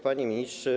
Panie Ministrze!